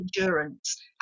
endurance